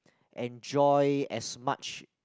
enjoy as much